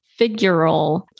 figural